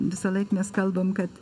visąlaik mes kalbam kad